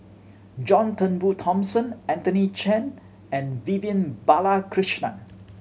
John Turnbull Thomson Anthony Chen and Vivian Balakrishnan